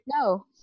No